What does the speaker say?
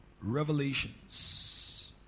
revelations